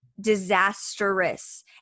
disastrous